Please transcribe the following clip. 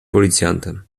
policjantem